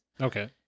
okay